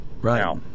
Right